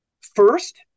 First